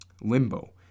Limbo